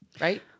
right